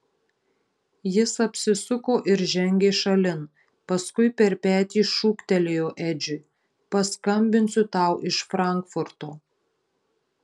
jis apsisuko ir žengė šalin paskui per petį šūktelėjo edžiui paskambinsiu tau iš frankfurto